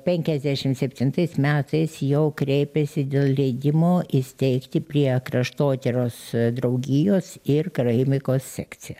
penkiasdešim septintais metais jau kreipėsi dėl leidimo įsteigti prie kraštotyros draugijos ir karaimikos sekciją